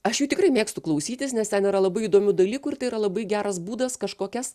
aš jų tikrai mėgstu klausytis nes ten yra labai įdomių dalykų ir tai yra labai geras būdas kažkokias